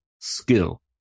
skill